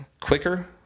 quicker